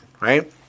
Right